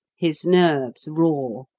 his nerves raw.